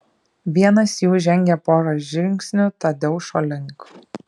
vienas jų žengė porą žingsnių tadeušo link